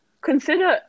consider